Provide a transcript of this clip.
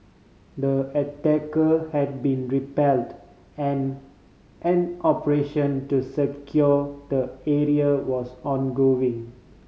the attack had been repelled and an operation to secure the area was ongoing